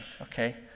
okay